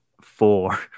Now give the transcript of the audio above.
four